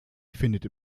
findet